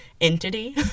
entity